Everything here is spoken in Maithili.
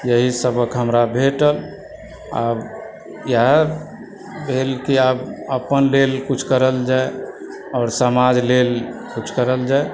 यही सबक हमरा भेटल आब इएह भेल कि आब अपन लेल कुछ करल जाय आओर समाज लेल कुछ करल जाय